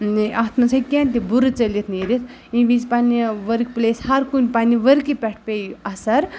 اَتھ منٛز ہیٚکہِ کینٛہہ تہِ بُرٕ ژٔلِتھ نیٖرِتھ ییٚمہِ وِزِ پنٛنہِ ؤرٕک پٕلیس ہرکُنہِ پنٛنہِ ؤرکہِ پٮ۪ٹھ پیٚیہِ اَثر